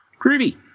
Groovy